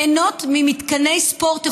ליהנות ממתקני ספורט איכותיים.